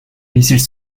missiles